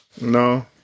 No